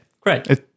Great